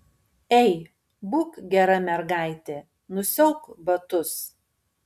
ei būk gera mergaitė nusiauk batus